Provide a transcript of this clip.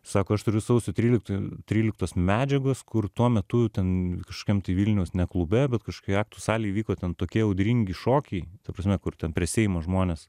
sako aš turiu sausio tryliktojo tryliktos medžiagos kur tuo metu ten kažkokiam tai vilniaus ne klube bet kažkokioj aktų salėje vyko ten tokie audringi šokiai ta prasme kur ten prie seimo žmonės